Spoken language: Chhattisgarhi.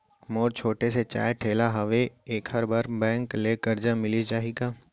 मोर छोटे से चाय ठेला हावे एखर बर बैंक ले करजा मिलिस जाही का?